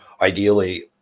ideally